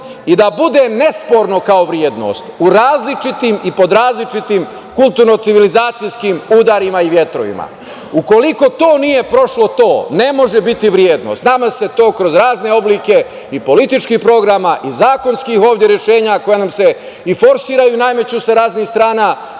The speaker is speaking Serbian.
i da bude nesporno kao vrednost u različitim i pod različitim kulturno civilizacijskim udarima i vetrovima. Ukoliko to nije prošlo to, ne može biti vrednost. Nama se to kroz razne oblike i političkih programa i zakonskih ovde rešenja koja nam se forsiraju i nameću sa raznih strana,